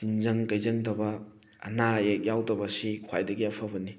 ꯇꯤꯟꯖꯪ ꯀꯥꯏꯖꯪꯗꯕ ꯑꯅꯥ ꯑꯌꯦꯛ ꯌꯥꯎꯗꯕꯁꯤ ꯈ꯭ꯋꯥꯏꯗꯒꯤ ꯑꯐꯕꯅꯤ